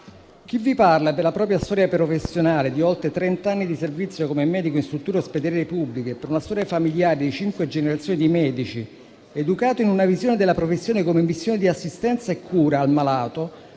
Chi vi parla, per la propria storia professionale di oltre trent'anni di servizio come medico in strutture ospedaliere pubbliche e per una storia familiare di cinque generazioni di medici, educato in una visione della professione come missione di assistenza e cura al malato,